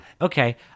okay